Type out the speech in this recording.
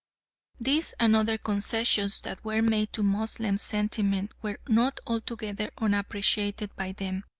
these and other concessions that were made to moslem sentiment were not altogether unappreciated by them,